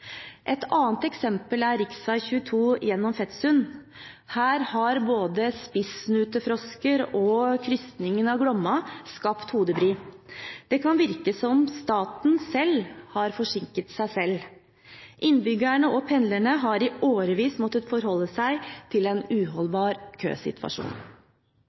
Et annet eksempel er rv. 22 gjennom Fetsund. Her har både spissnutefrosker og krysningen av Glomma skapt hodebry. Det kan virke som at staten selv har forsinket seg selv. Innbyggerne og pendlerne har i årevis måttet forholde seg til en uholdbar køsituasjon.